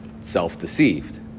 self-deceived